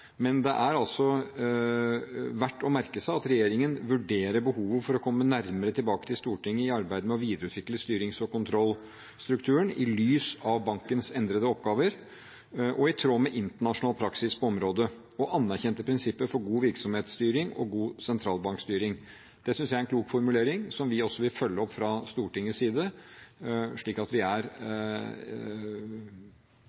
men det er verdt å merke seg at regjeringen vurderer behovet for å komme nærmere tilbake til Stortinget i arbeidet med å videreutvikle styrings- og kontrollstrukturen i lys av bankens endrede oppgaver og i tråd med internasjonal praksis på området og anerkjente prinsipper for god virksomhetsstyring og god sentralbankstyring. Det synes jeg er en klok formulering som vi også vil følge opp fra Stortingets side, slik at vi er